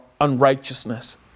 unrighteousness